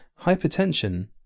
Hypertension